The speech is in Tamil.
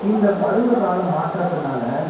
இந்த பருவகால மாற்றத்தினால